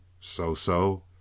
So-so